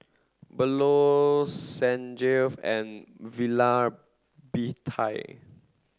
Bellur Sanjeev and Vallabhbhai